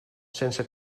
sense